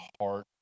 heart